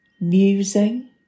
musing